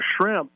shrimp